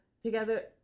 together